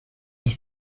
las